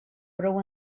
prou